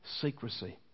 secrecy